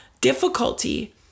difficulty